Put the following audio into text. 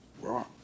Wrong